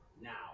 Now